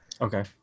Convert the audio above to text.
okay